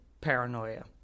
paranoia